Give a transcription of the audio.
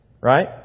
right